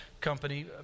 company